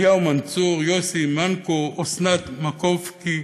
אליהו מנצור, יוסי מנקו, אסנת מקובקי,